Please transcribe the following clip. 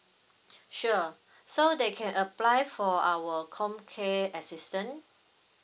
sure so they can apply for our comcare assistant